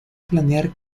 planear